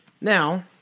Now